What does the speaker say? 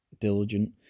diligent